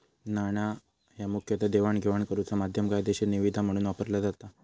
नाणा ह्या मुखतः देवाणघेवाण करुचा माध्यम, कायदेशीर निविदा म्हणून वापरला जाता